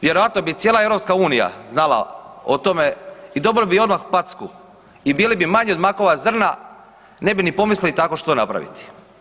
Vjerojatno bi cijela EU znala o tome i dobila bi odmah packu i bili bi manji od makova zrna, ne bi ni pomislili tako što napraviti.